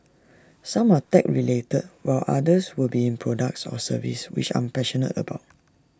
some are tech related while others will be in products or services which I'm passionate about